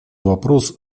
вопрос